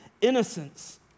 innocence